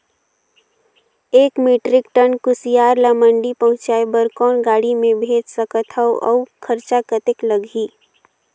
एक metric ton कुसियार ल मंडी पहुंचाय बर कौन गाड़ी मे भेज सकत हव अउ खरचा कतेक लगही?